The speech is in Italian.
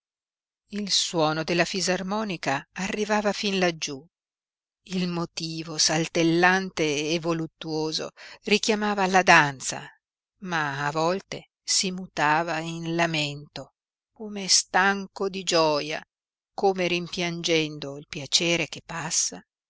il suono della fisarmonica arrivava fin laggiú il motivo saltellante e voluttuoso richiamava alla danza ma a volte si mutava in lamento come stanco di gioia come rimpiangendo il piacere che passa